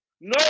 No